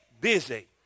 busy